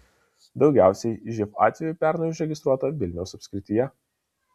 daugiausiai živ atvejų pernai užregistruota vilniaus apskrityje